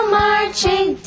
marching